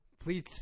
Please